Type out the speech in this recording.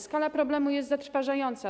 Skala problemu jest zatrważająca.